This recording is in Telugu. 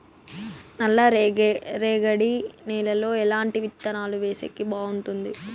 నల్లరేగడి నేలలో ఎట్లాంటి విత్తనాలు వేసేకి బాగుంటుంది?